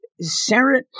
Sarah